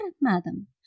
Madam